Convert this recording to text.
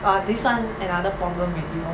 !wah! this [one] another problem lor